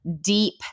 deep